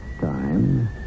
time